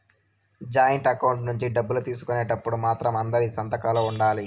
joint account నుంచి డబ్బులు తీసుకునేటప్పుడు మాత్రం అందరి సంతకాలు ఉండాలి